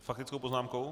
S faktickou poznámkou?